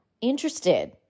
interested